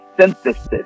synthesis